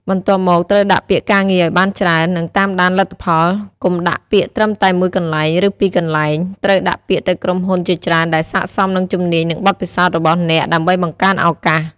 បន្ទាប់មក ត្រូវដាក់ពាក្យការងារឱ្យបានច្រើន និងតាមដានលទ្ធផល កុំដាក់ពាក្យត្រឹមតែមួយកន្លែង ឬពីរកន្លែង ត្រូវដាក់ពាក្យទៅក្រុមហ៊ុនជាច្រើនដែលស័ក្តិសមនឹងជំនាញនិងបទពិសោធន៍របស់អ្នក ដើម្បីបង្កើនឱកាស។